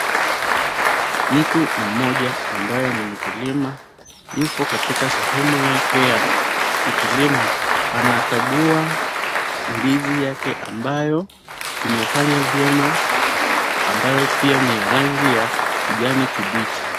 Mtu mmoja ambaye ni mkulima yupo katika sehemu yake ya ukulima. Anakagua ndizi yake ambayo imefanya vyema, ambayo pia ni ya rangi ya kijani kibichi.